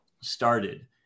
started